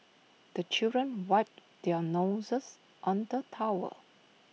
the children wipe their noses on the towel